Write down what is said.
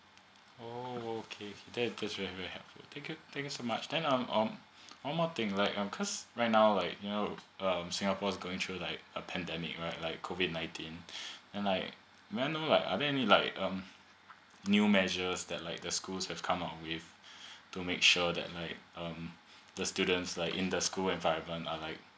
oh okay okay okay that was very very helpful thank you thank you so much then um um one more thing like cause right now like you know like singapore's going through like a pandemic right like COVID nineteen then i may I know like are there any like um new measures that like the schools have come up with to make sure that like um the students like in the school environment uh like